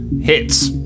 hits